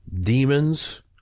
demons